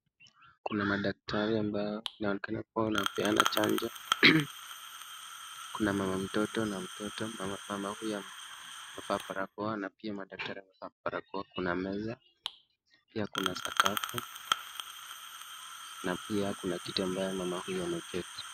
Kuna madaktari ambao wanaonekana kuwa wanapeana chanjo, kuna mama mtoto na mtoto, mama huyo amevaa barakoa na pia madaktari amevaa barakoa, kuna meza pia kuna sakafu na pia kua kiti mama huyo ameketi.